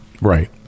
Right